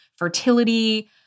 Fertility